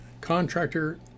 contractor